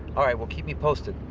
all right. well, keep me posted.